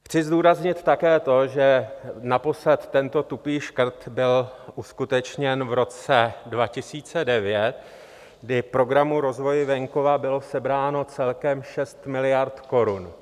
Chci zdůraznit také to, že naposled tento tupý škrt byl uskutečněn v roce 2009, kdy Programu rozvoje venkova bylo sebráno celkem 6 miliard korun.